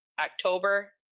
October